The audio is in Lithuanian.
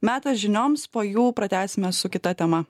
metas žinioms po jų pratęsime su kita tema